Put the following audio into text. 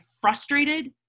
frustrated